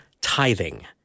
tithing